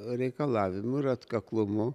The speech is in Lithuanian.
reikalavimu ir atkaklumu